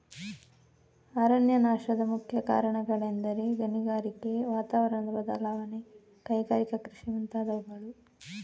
ಅರಣ್ಯನಾಶದ ಮುಖ್ಯ ಕಾರಣಗಳೆಂದರೆ ಗಣಿಗಾರಿಕೆ, ವಾತಾವರಣದ ಬದಲಾವಣೆ, ಕೈಗಾರಿಕಾ ಕೃಷಿ ಮುಂತಾದವುಗಳು